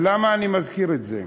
למה אני מזכיר את זה?